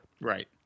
Right